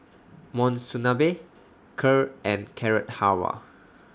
Monsunabe Kheer and Carrot Halwa